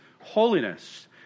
holiness